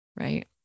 right